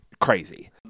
Crazy